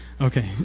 Okay